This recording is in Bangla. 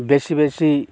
বেশি বেশি